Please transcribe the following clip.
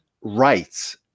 rights